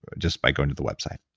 just by going to the website